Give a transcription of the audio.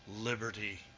Liberty